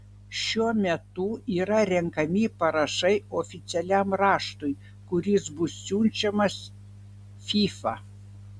šiuo metu yra renkami parašai oficialiam raštui kuris bus siunčiamas fifa